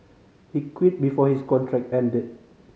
he quit before his contract ended